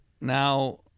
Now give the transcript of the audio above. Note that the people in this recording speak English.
now